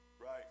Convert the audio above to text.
right